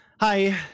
hi